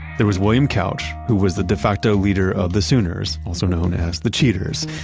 there was william couch, who was the de facto leader of the sooners, also known as the cheaters.